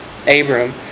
Abram